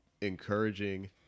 encouraging